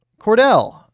Cordell